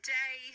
day